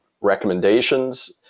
recommendations